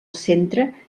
centre